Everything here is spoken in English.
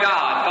God